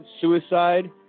suicide